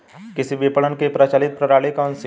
कृषि विपणन की प्रचलित प्रणाली कौन सी है?